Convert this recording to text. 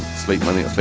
speak money.